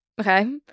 okay